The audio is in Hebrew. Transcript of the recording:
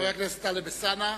חבר הכנסת טלב אלסאנע,